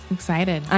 Excited